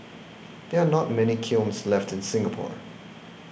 there are not many kilns left in Singapore